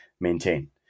maintain